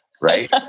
Right